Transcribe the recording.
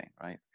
right